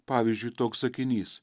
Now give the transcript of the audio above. pavyzdžiui toks sakinys